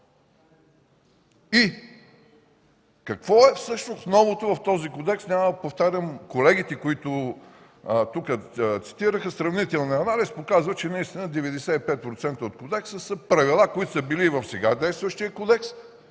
И какво е всъщност новото в този кодекс? Няма да повтарям колегите, които тук цитираха. Сравнителният анализ показва, че 95% от кодекса са правила, които са били и в сега действащия кодекс,